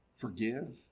forgive